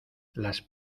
las